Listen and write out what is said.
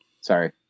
Sorry